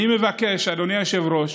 אדוני היושב-ראש,